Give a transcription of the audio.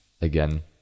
again